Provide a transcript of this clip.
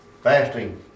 fasting